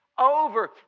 over